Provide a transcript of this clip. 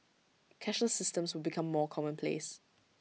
cashless systems will become more commonplace